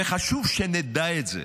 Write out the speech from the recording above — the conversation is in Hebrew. וחשוב שנדע את זה,